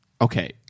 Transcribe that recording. Okay